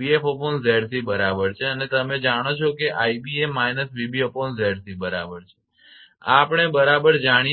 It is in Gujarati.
𝑣𝑓𝑍𝑐 બરાબર છે અને તમે જાણો છો કે 𝑖𝑏 એ −𝑣𝑏𝑍𝑐 બરાબર છે આ આપણે બરાબર જાણીએ છીએ